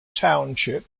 township